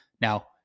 Now